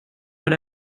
har